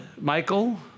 Michael